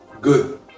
good